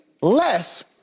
less